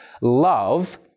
love